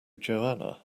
joanna